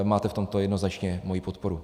Máte v tomto jednoznačně moji podporu.